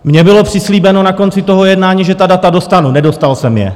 Mně bylo přislíbeno na konci toho jednání, že ta data dostanu, nedostal jsem je.